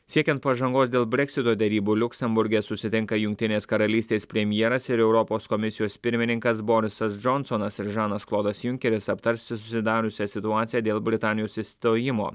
siekiant pažangos dėl breksito derybų liuksemburge susitinka jungtinės karalystės premjeras ir europos komisijos pirmininkas borisas džonsonas ir žanas klodas junkeris aptars susidariusią situaciją dėl britanijos išstojimo